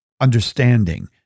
understanding